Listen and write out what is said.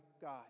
God